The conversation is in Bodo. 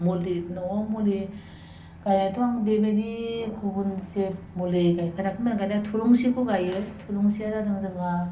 मनदिर न'वाव मुलि गायनायाथ' आं बेबायदि गुबुन जेबो मुलि गायफेराखैमोन गायनाया थुलुंसिखौ गाइयो थुलुंसिया जादों जोंहा